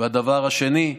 והדבר השני,